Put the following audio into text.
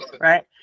right